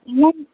ಇಲ್ಲ ರೀ